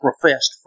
professed